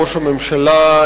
ראש הממשלה,